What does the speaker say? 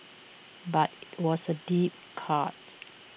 but IT was A deep cut